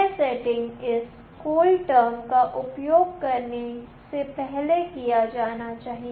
यह सेटिंग इस कूल टर्म का उपयोग करने से पहले किया जाना चाहिए